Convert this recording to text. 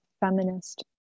feminist